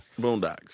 Boondocks